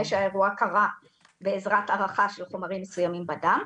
שהאירוע קרה בעזרת הרחה של חומרים מסוימים בדם.